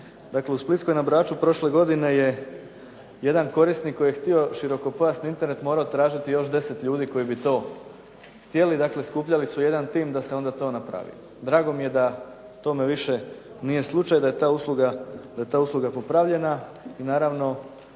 Dakle, u Splitskoj na Braču prošle godine je jedan korisnik koji je htio širokopojasni internet morao tražiti još deset ljudi koji bi to htjeli, dakle skupljali su jedan tim da se onda to napravi. Drago mi je da to više nije slučaj, da je ta usluga popravljena i naravno